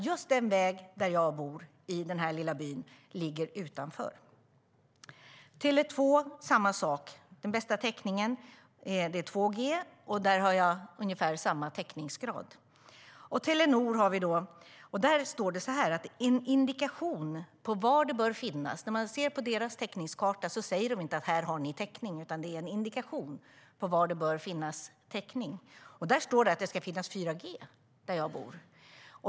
Just den väg i den lilla by där jag bor ligger utanför. Med Tele 2 är det samma sak. Den bästa täckningen ger 2G, och där har jag ungefär samma täckningsgrad. Telenor skriver så här: Det finns en indikation på var det bör finnas täckning. På deras täckningskarta säger de alltså inte var det finns täckning, utan det är en indikation på var det bör finnas täckning. Där står det att det ska finnas 4G där jag bor.